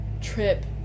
trip